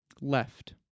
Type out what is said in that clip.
Left